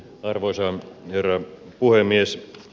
arvoisa herra puhemies